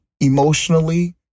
emotionally